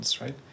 right